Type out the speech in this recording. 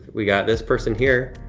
we got this person here,